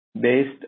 based